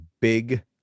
big